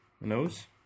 nose